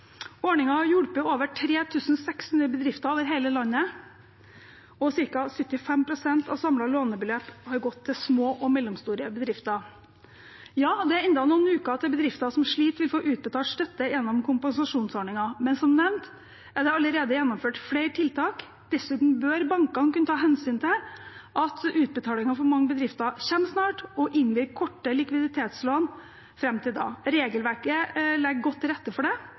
over 3 600 bedrifter over hele landet, og ca. 75 pst. av samlet lånebeløp har gått til små og mellomstore bedrifter. Det er enda noen uker til at bedrifter som sliter, vil få utbetalt støtte gjennom kompensasjonsordningen, men som nevnt er det allerede gjennomført flere tiltak. Dessuten bør bankene kunne ta hensyn til at utbetalingen for mange bedrifter kommer snart, og innvilge korte likviditetslån fram til da. Regelverket legger godt til rette for det,